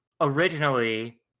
originally